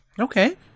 Okay